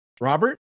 Robert